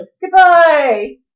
goodbye